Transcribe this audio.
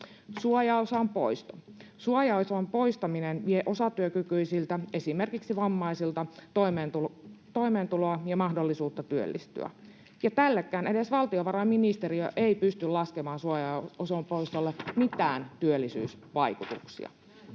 Suojaosan poisto: suojaosan poistaminen vie osatyökykyisiltä, esimerkiksi vammaisilta, toimeentuloa ja mahdollisuutta työllistyä, ja tälle suojaosan poistolle edes valtiovarainministeriö ei pysty laskemaan mitään työllisyysvaikutuksia.